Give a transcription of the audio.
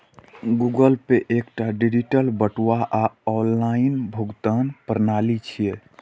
Google Pay एकटा digital बटुआ आ ऑनलाइन भुगतान प्रणाली छियै